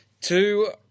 Two